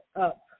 up